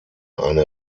eine